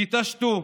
תתעשתו.